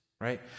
right